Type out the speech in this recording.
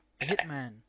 hitman